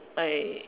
I